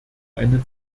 eine